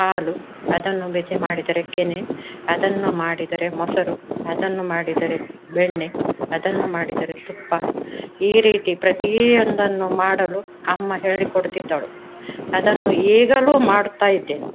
ಹಾಲು ಅದನ್ನು ಬಿಸಿ ಮಾಡಿದರೆ ಕೆನೆ ಅದನ್ನು ಮಾಡಿದರೆ ಮೊಸರು ಅದನ್ನು ಮಾಡಿದರೆ ಬೆಣ್ಣೆ ಅದನ್ನು ಮಾಡಿದರೆ ತುಪ್ಪ ಈ ರೀತಿ ಪ್ರತಿಯೊಂದನ್ನು ಮಾಡಲು ಅಮ್ಮ ಹೇಳಿ ಕೊಡುತ್ತಿದ್ದಳು ಅದನ್ನು ಈಗಲೂ ಮಾಡುತ್ತಾಯಿದ್ದೇನೆ